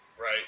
Right